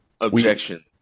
Objection